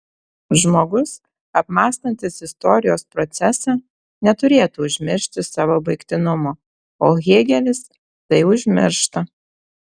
žmogus apmąstantis istorijos procesą neturėtų užmiršti savo baigtinumo o hėgelis tai užmiršta